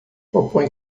propõe